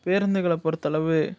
பேருந்துகளை பொறுத்தளவு